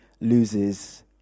loses